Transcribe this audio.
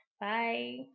Bye